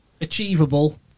achievable